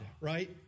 right